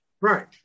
Right